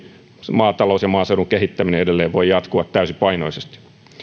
maatalous ja maaseudun kehittäminen edelleen voivat jatkua täysipainoisesti